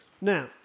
Now